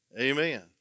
Amen